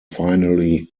finally